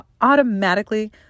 automatically